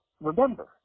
Remember